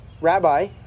Rabbi